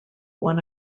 one